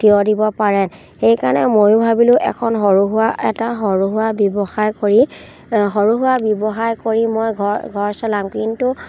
থিয় দিব পাৰে সেইকাৰণে ময়ো ভাবিলোঁ এখন সৰু সুৰা এটা সৰু সুৰা ব্যৱসায় কৰি সৰু সুৰা ব্যৱসায় কৰি মই ঘৰ ঘৰ চলাম কিন্তু